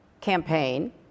campaign